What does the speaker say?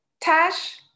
tash